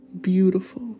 beautiful